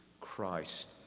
Christ